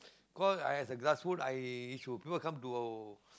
cause I as a grassroot I should people will come to